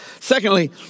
Secondly